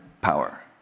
power